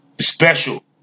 Special